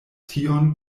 tion